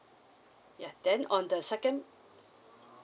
yeah then on the second